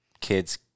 kids